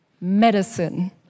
Medicine